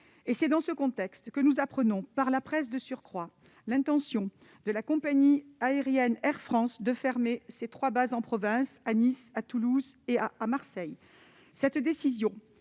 C'est dans ce contexte que nous avons appris, par la presse de surcroît, l'intention de la compagnie aérienne Air France de fermer ses trois bases en province à Nice, à Toulouse et à Marseille.